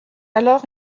alors